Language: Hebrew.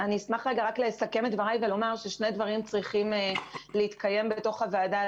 אשמח לסכם ולומר ששני דברים צריכים להתקיים בתוך הוועדה